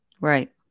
right